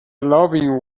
loving